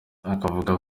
akavuga